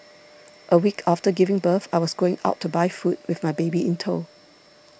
a week after giving birth I was going out to buy food with my baby in tow